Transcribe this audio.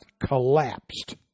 collapsed